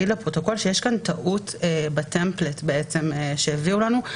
לפרוטוקול שיש כאן טעות בטמפלט שהביאו לנו.